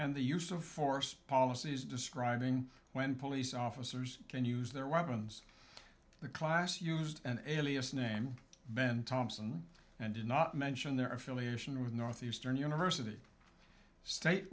and the use of force policies describing when police officers can use their weapons the class used an alias name ben thompson and did not mention their affiliation with northeastern university